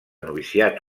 noviciat